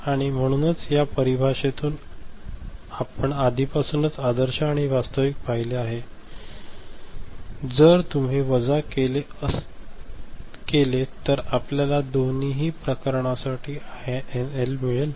आणि म्हणूनच या परिभाषेतून आम्ही आधीपासूनच आदर्श आणि वास्तविक पाहिले आहे जर तुम्ही वजा केले तर आपल्याला दोन्ही प्रकरणांसाठी आयएनएल मिळेल